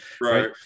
Right